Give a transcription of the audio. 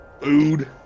food